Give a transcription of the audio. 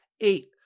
eight